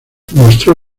mostró